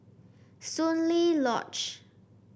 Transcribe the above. Soon Lee Lodge